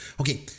Okay